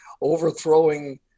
overthrowing